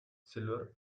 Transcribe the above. silver